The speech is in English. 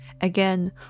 Again